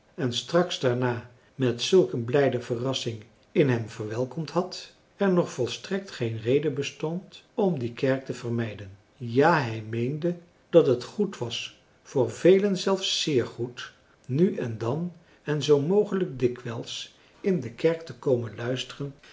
en straks daarna met zulk een blijde verrassing in hem verwelkomd had er nog volstrekt geen reden bestond om die kerk te vermijden ja hij meende dat het goed was voor velen zelfs zeer goed nu en dan en zoo mogelijk dikwijls in de kerk te komen luisteren